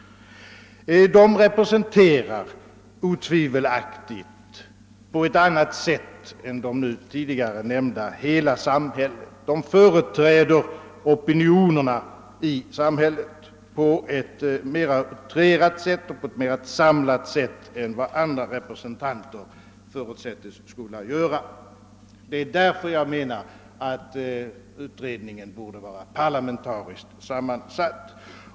Politikerna representerar otvivelaktigt på ett annat sätt hela samhället — de företräder opinionerna i samhället på ett mera utrerat och mera samlat sätt än vad andra representanter förutsättes skola göra. Det är därför jag menar att utredningen borde vara parlamentariskt sammansatt.